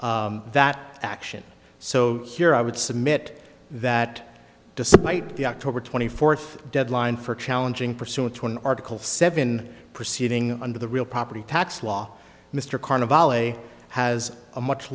that action so here i would submit that despite the october twenty fourth deadline for challenging pursuant to an article seven proceeding under the real property tax law mr carnevale has a much